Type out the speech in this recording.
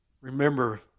Remember